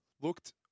Looked